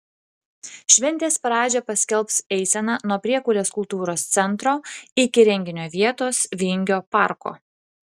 šventės pradžią paskelbs eisena nuo priekulės kultūros centro iki renginio vietos vingio parko